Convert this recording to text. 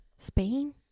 Spain